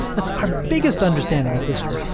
it's our biggest understanding of history.